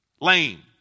Lame